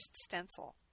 stencil